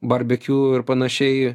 barbekiu ir panašiai